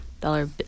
dollar